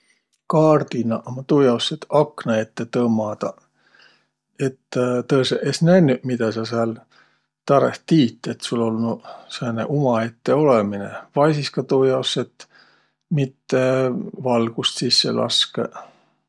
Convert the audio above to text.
Kaardinaq ummaq tuujaos, et aknõ ette tõmmadaq, et tõõsõq es nännüq, midä sa sääl tarõh tiit, et sul olnuq sääne umaette olõminõ. Vai sis ka tuu jaos, et mitte valgust sisse laskõq.